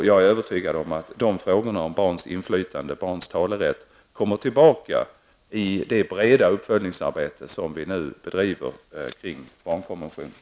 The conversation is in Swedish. Jag är övertygad om att frågorna om barns inflytande och talerätt kommer tillbaka i det breda uppföljningsarbete som vi nu bedriver kring barnkonventionen.